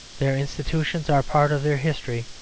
their institutions are part of their history,